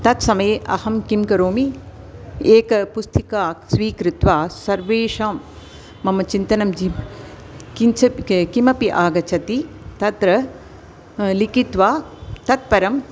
तत्समये अहं किं करोमि एका पुस्तिका स्वीकृत्वा सर्वेषां मम चिन्तनं जि किञ्चप् किमपि आगच्छति तत्र लिखित्वा ततः परम्